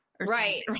right